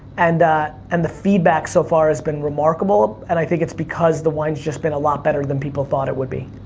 and and the feedback so far has been remarkable, and i think it's because the wine's just been a lot better than people thought it would be.